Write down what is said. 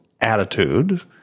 attitude